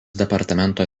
departamento